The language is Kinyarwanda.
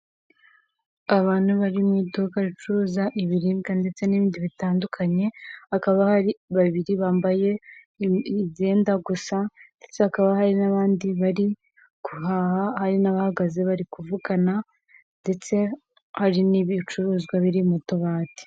Abantu bari mu iduka ricuruza ibiribwa ndetse n'ibindi bitandukanye hakaba hari babiri bambaye ibyenda gusa ndetse hakaba hari n'abandi bari guhaha hari n'abahagaze bari kuvugana ndetse hari n'ibicuruzwa biri mu tubati.